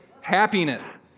Happiness